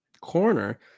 Corner